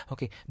Okay